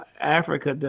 Africa